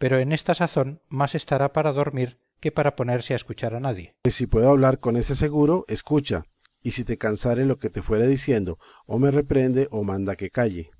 pero en esta sazón más estará para dormir que para ponerse a escuchar a nadie berganza pues si puedo hablar con ese seguro escucha y si te cansare lo que te fuere diciendo o me reprehende o manda que calle